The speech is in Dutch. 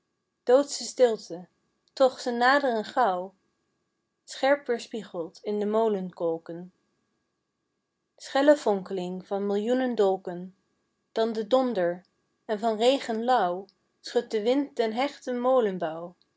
doodsche stilte toch ze naderen gauw scherp weerspiegeld in de molenkolken schelle fonkeling van millioenen dolken dan de donder en van regen lauw schudt de wind den hechten